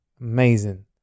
Amazing